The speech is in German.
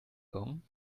gong